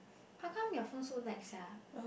how come your phone so lag sia